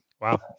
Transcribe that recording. Wow